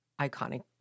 iconic